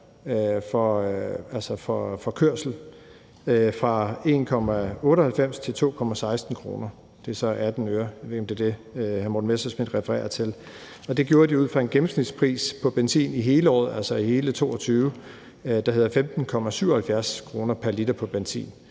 for kørsel fra 1,98 til 2,16 kr., og det er så 18 øre. Jeg ved ikke, om det er det, hr. Morten Messerschmidt refererer til. Og det gjorde de ud fra en gennemsnitspris på benzin over hele året, altså i hele 2022, på 15,77 kr. pr. liter på benzin.